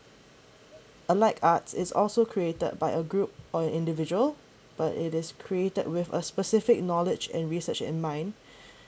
unlike arts is also created by a group or an individual but it is created with a specific knowledge and research in mind